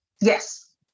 Yes